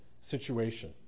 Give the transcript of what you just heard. situation